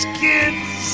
kids